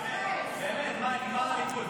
באמת, מאי, נגמר הליכוד.